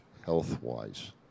health-wise